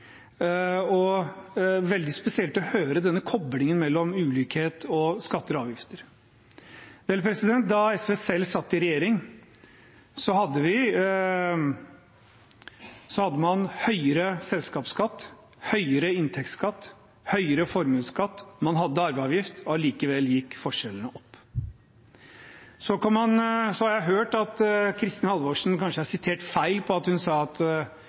veldig spesielt å høre denne koblingen mellom ulikhet og skatter og avgifter. Da SV selv satt i regjering, hadde man høyere selskapsskatt, høyere inntektsskatt, høyere formuesskatt, man hadde arveavgift, og allikevel gikk forskjellene opp. Så har jeg hørt at Kristin Halvorsen kanskje er sitert feil på at hun sa at